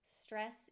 stress